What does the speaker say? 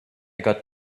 got